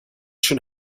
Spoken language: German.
schön